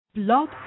blog